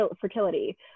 fertility